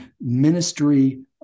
Ministry